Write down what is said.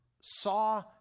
saw